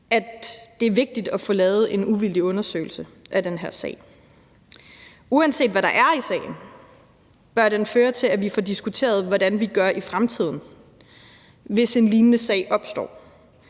at det er vigtigt at få lavet en uvildig undersøgelse af den her sag. Uanset hvad der er i sagen, bør den føre til, at vi får diskuteret, hvordan vi gør i fremtiden, hvis en lignende sag opstår.